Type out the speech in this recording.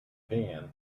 pan